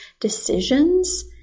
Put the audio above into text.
decisions